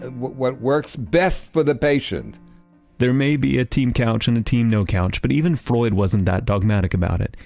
what what works best for the patient there may be a team couch and a team no couch, but even freud wasn't that dogmatic about it.